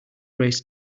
race